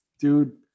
dude